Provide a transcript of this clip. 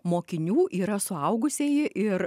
mokinių yra suaugusieji ir